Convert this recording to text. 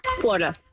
florida